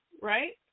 right